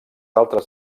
altres